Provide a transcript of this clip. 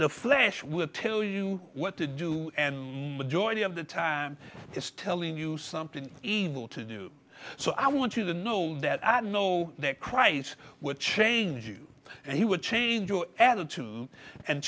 the flesh will tell you what to do with joy of the time it's telling you something evil to do so i want you to know that i know that christ would change you and he would change your attitude and